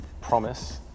promise